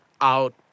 out